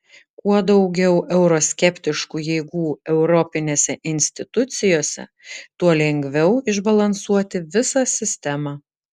kuo daugiau euroskeptiškų jėgų europinėse institucijose tuo lengviau išbalansuoti visą sistemą